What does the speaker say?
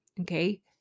Okay